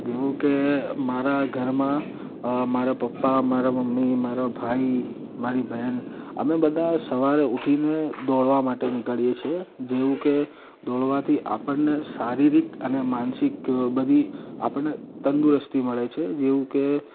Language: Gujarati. જેવુ કે મારા ઘરમાં મારા પપ્પા મારા મમ્મી મારો ભાઈ મારી બહેન અમે બધા સવારે ઉઠીને દોડવા માટે નીકળીએ છીએ જેવું કે દોડવાથી આપણને શારીરિક અને માનસિક બધી આપણને તંદુરસ્તી મળે છે જેવું કે